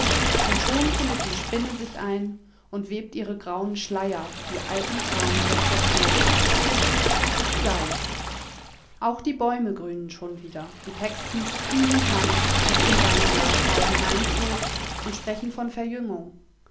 und schon findet die spinne sich ein und webt ihre grauen schleier die alten fahnen der zerstörung sei's auch die bäume grünen schon wieder die paxtons kühne hand mit in seinen glasbau hineinzog und sprechen von verjüngung